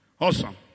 Awesome